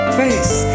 face